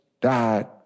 died